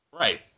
Right